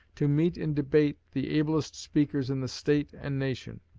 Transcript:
to meet in debate the ablest speakers in the state and nation.